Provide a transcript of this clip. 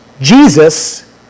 Jesus